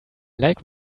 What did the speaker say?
like